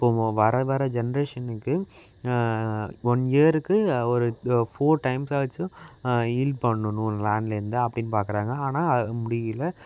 இப்போது வர வர ஜென்ரேஷனுக்கு ஒன் இயருக்கு ஒரு ஃபோர் டைம்ஸ் ஆச்சும் ஈல்ட் பண்ணணும் லேண்டில் இருந்து அப்படினு பாக்கிறாங்க ஆனால் முடியல